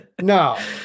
no